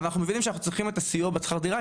אבל אנחנו מבינים שאנחנו צריכים את הסיוע בשכר דירה,